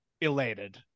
elated